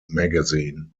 magazine